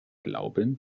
glauben